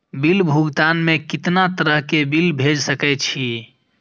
Bill भुगतान में कितना तरह के बिल भेज सके छी?